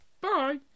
Bye